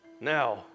Now